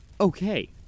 Okay